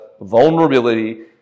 vulnerability